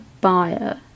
buyer